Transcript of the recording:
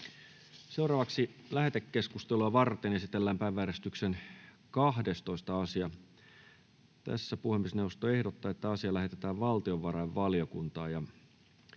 vastaan. Lähetekeskustelua varten esitellään päiväjärjestyksen 12. asia. Puhemiesneuvosto ehdottaa, että asia lähetetään valtiovarainvaliokuntaan.